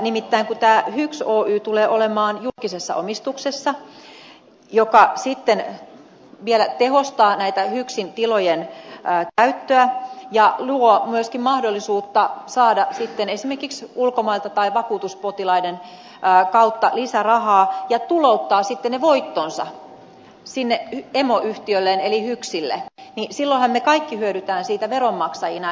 nimittäin kun tämä hyksin oy tulee olemaan julkisessa omistuksessa ja kun se sitten vielä tehostaa hyksin tilojen käyttöä ja luo myöskin mahdollisuutta saada sitten esimerkiksi ulkomailta tai vakuutuspotilaiden kautta lisärahaa ja tulouttaa sitten ne voitot sinne emoyhtiölle eli hyksille niin silloinhan me kaikki hyödymme siitä veronmaksajina